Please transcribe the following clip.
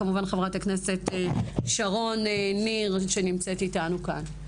חברת הכנסת שרון ניר נמצאת איתנו כאן.